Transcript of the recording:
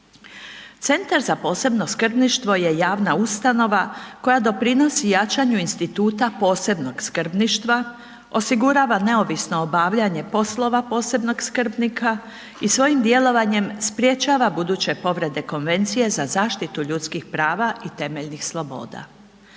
Centar za posebno skrbništvo je javna ustanova koja doprinosi jačanju instituta posebnog skrbništva, osigurava neovisno obavljanje poslova posebnog skrbnika i svojim djelovanjem sprječava buduće povrede Konvencije za zaštitu ljudskih prava i temeljnih sloboda.